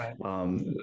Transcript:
right